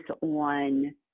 on